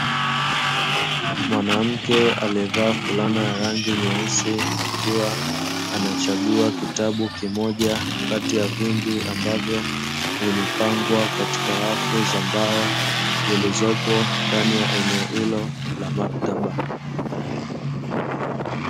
Mwanamke aliyevaa fulana ya rangi nyeusi, akiwa anachagua kitabu kimoja kati ya vingi ambavyo vimepangwa katika rafu za mbao zilizopo ndani ya eneo hilo la maktaba.